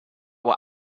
were